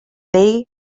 they